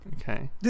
Okay